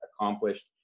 accomplished